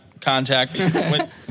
contact